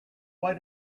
way